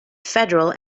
federal